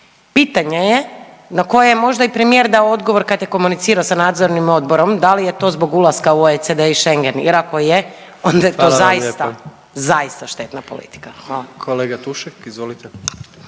Pitanje je na koje je možda i premijer dao odgovor kad je komunicirao s nadzornim odborom da li je to zbog ulaska u OECD i Schengen jer ako je, onda je to zaista …/Upadica: